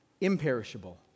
imperishable